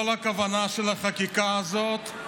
כל הכוונה של החקיקה הזאת היא